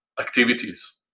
activities